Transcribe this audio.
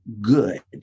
good